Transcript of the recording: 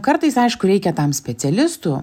kartais aišku reikia tam specialistų